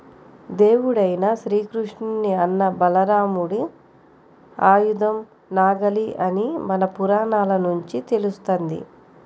దేవుడైన శ్రీకృష్ణుని అన్న బలరాముడి ఆయుధం నాగలి అని మన పురాణాల నుంచి తెలుస్తంది